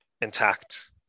intact